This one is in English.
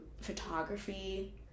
Photography